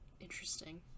Interesting